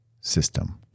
system